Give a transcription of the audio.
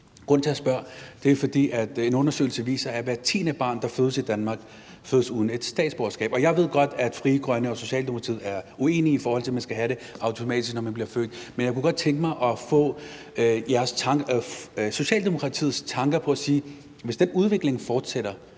Grunden til, at jeg spørger, er, at en undersøgelse viser, at hvert tiende barn, der fødes i Danmark, fødes uden dansk statsborgerskab. Og jeg ved godt, at Frie Grønne og Socialdemokratiet er uenige om, om man skal have det automatisk, når man bliver født, men jeg kunne godt tænke mig at høre Socialdemokratiets tanker. Hvis den udvikling fortsætter,